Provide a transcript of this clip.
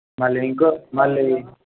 మళ్ళీ ఇంకొక మళ్ళీ